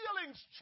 feelings